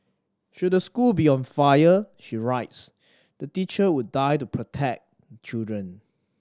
should the school be on fire she writes the teacher would die to protect children